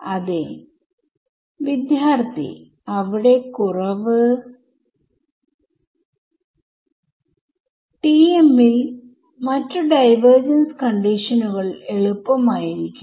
അതേ വിദ്യാർത്ഥി അവിടെ കുറവ് TM ൽ മറ്റു ഡൈവർജൻസ് കണ്ടിഷനുകൾ എളുപ്പം ആയിരിക്കും